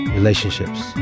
relationships